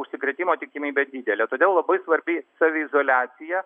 užsikrėtimo tikimybė didelė todėl labai svarbi saviizoliacija